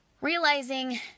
realizing